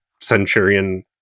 centurion